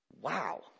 Wow